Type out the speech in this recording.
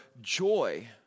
joy